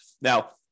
Now